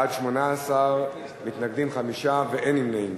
בעד, 18. מתנגדים, 5, ואין נמנעים.